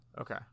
okay